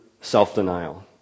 self-denial